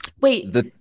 Wait